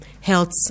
health